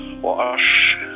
wash